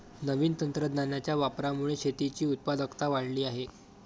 नवीन तंत्रज्ञानाच्या वापरामुळे शेतीची उत्पादकता वाढली आहे